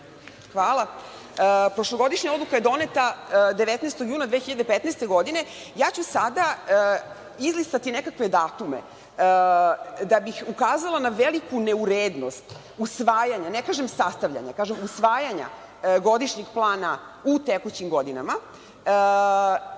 Hvala. Prošlogodišnja odluka je doneta 19. juna 2015. godine. Ja ću sada izlistati nekakve datume da bih ukazala na veliku neurednost usvajanja, ne kažem sastavljanja, kažem usvajanja godišnjeg plana u tekućim godinama,